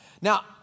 Now